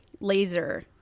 laser